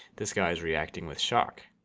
this guy is reacting with shock.